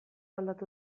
aldatu